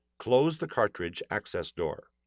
close the cartridge access door.